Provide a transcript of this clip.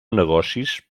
negocis